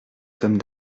sommes